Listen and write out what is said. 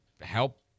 help